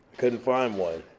couldn't find one,